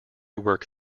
work